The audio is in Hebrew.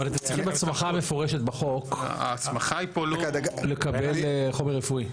אבל אתם צריכים הסמכה מפורשת בחוק לקבל חומר רפואי.